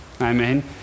Amen